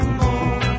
more